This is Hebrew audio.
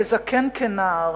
כזקן כנער,